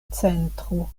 centro